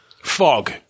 Fog